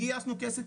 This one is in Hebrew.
גייסנו כסף,